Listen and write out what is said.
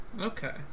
okay